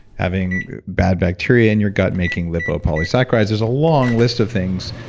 having bad bacteria in your gut, making lipopolysaccharides. there's a long list of things,